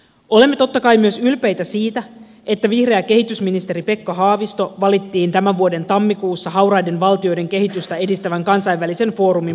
olemme totta kai myös ylpeitä siitä että vihreä kehitysministeri pekka haavisto valittiin tämän vuoden tammikuussa hauraiden valtioiden kehitystä edistävän kansainvälisen foorumin puheenjohtajaksi